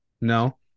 no